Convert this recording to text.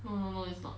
no no no it's not